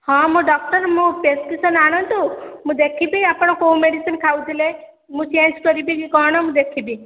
ହଁ ମୁଁ ଡକ୍ଟର୍ ହଁ ମୁଁ ପ୍ରେସ୍ପିକ୍ସନ୍ ଆଣନ୍ତୁ ମୁଁ ଦେଖିବି ଆପଣ କେଉଁ ମେଡ଼ିସିନ୍ ଖାଉଥିଲେ ମୁଁ ଚେଞ୍ଜ୍ କରିବି କି କ'ଣ ମୁଁ ଦେଖିବି